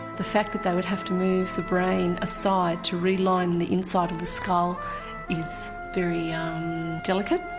the fact that they would have to move the brain aside to reline the inside of the skull is very delicate,